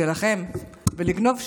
שלכם ולגנוב שוב,